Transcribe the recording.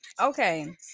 okay